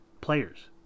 players